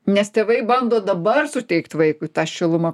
nes tėvai bando dabar suteikt vaikui tą šilumą